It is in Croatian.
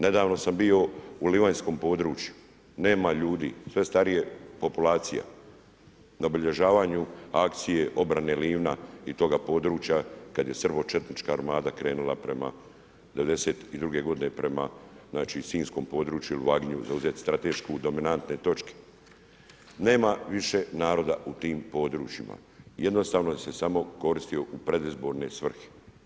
Nedavno sam bio u Livanjskom području, nema ljudi, sve starija populacija, na obilježavanju akcije obrane Livna i toga područja kada je srbočetnička armada krenula prema, '92. godine prema znači Sinjskom području ili … zauzeti strateški dominantne točke nema više naroda u tim područjima, jednostavno se samo koristio u predizborne svrhe.